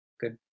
good